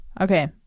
Okay